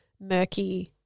murky